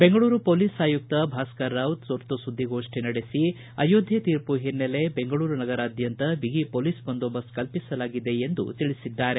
Bengaluru police ಆಯುಕ್ತ ಭಾಸ್ಗರ್ ರಾವ್ ತುರ್ತು ಸುದ್ದಿಗೋಷ್ಠಿ ನಡೆಸಿ ಅಯೋಧ್ಯೆ ತೀರ್ಪು ಹಿನ್ನೆಲೆ ಬೆಂಗಳೂರು ನಗರಾದ್ಯಂತ ಬಿಗಿ ಬಂದೋಬಸ್ತ್ ಕಲ್ಪಿಸಲಾಗಿದೆ ಎಂದು ತಿಳಿಸಿದ್ದಾರೆ